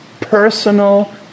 personal